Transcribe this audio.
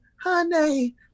honey